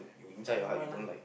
no lah